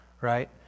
right